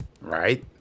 Right